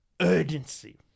urgency